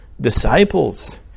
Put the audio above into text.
disciples